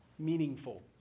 meaningful